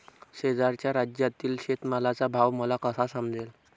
शेजारच्या राज्यातील शेतमालाचा भाव मला कसा समजेल?